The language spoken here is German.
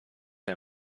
der